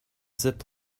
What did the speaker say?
zip